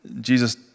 Jesus